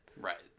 Right